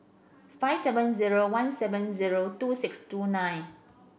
five seven zero one seven zero two six two nine